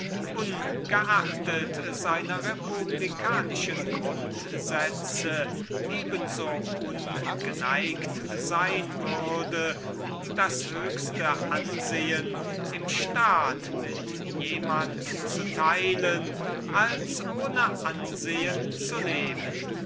ungeachtet seiner republikanischen grundsätze eben so ungelehrig sein würde das höchste ansehen im staat mit jemand zu teilen als ohne ansehen zu leben